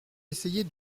essayer